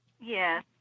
Yes